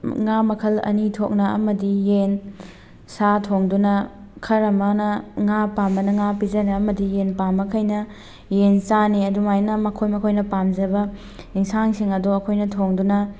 ꯉꯥ ꯃꯈꯜ ꯑꯅꯤ ꯊꯣꯛꯅ ꯑꯃꯗꯤ ꯌꯦꯟ ꯁꯥ ꯊꯣꯡꯗꯨꯅ ꯈꯔ ꯑꯃꯅ ꯉꯥ ꯄꯥꯝꯕꯅ ꯉꯥ ꯄꯤꯖꯅꯤ ꯑꯃꯗꯤ ꯌꯦꯟ ꯄꯥꯝꯕꯈꯩꯅ ꯌꯦꯟ ꯆꯥꯅꯤ ꯑꯗꯨꯃꯥꯏꯅ ꯃꯈꯣꯏ ꯃꯈꯣꯏꯅ ꯄꯥꯝꯖꯕ ꯏꯟꯁꯥꯡꯁꯤꯡ ꯑꯗꯣ ꯑꯩꯈꯣꯏꯅ ꯊꯣꯡꯗꯨꯅ